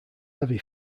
heavy